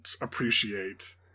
appreciate